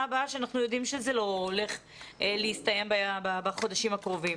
הבאה שאנחנו יודעים שזה לא הולך להסתיים בחודשים הקרובים.